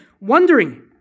wondering